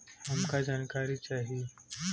हमका जानकारी चाही?